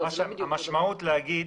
המשמעות להגיד